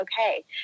okay